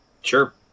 Sure